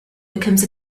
becomes